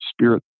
spirit